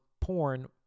porn